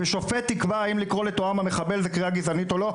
ושופט יקבע האם לקרוא לטועמה מחבל זו קריאה גזענית או לא.